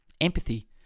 Empathy